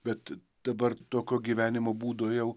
bet dabar tokio gyvenimo būdo jau